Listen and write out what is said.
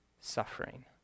suffering